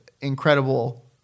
incredible